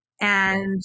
and-